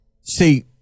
See